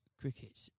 cricket